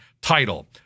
title